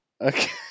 Okay